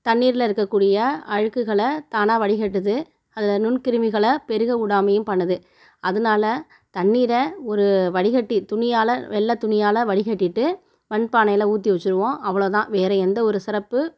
தண்ணீரில் இருக்கக்கூடிய அழுக்குகளை தானாக வடிக்கட்டுது அதில் நுண்கிருமிகளை பெருகவுடாமைலும் பண்ணுது அதனால் தண்ணீரை ஒரு வடிக்கட்டி துணியால் வெள்ளை துணியால் வடிக்கட்டிவிட்டு மண்பானையில் ஊற்றி வச்சுருவோம் அவ்வளோ தான் வேறு எந்த ஒரு சிறப்பு